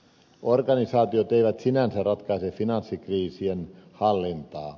organisaatiot eivät sinänsä ratkaise finanssikriisien hallintaa